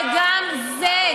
וגם זה,